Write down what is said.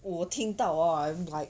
我听到 hor I'm like